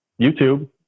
YouTube